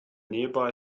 nearby